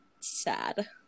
sad